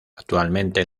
actualmente